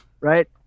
right